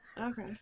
Okay